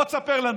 בוא תספר לנו.